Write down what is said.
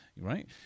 Right